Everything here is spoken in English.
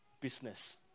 business